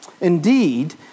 Indeed